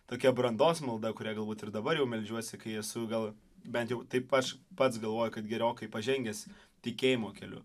tokia brandos malda kuria galbūt ir dabar jau meldžiuosi kai esu gal bent jau taip aš pats galvoju kad gerokai pažengęs tikėjimo keliu